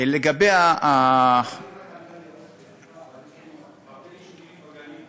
לגבי, יש הרבה יישובים בגליל.